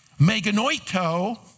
meganoito